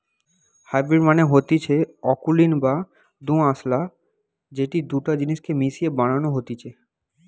hybrid মানে হতিছে অকুলীন বা দোআঁশলা যেটি দুটা জিনিস কে মিশিয়ে বানানো হতিছে